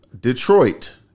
Detroit